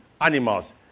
animals